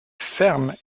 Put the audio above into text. ferme